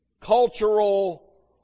cultural